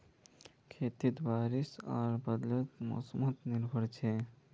खेती बारिश आर बदलते मोसमोत निर्भर छे